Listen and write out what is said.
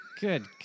Good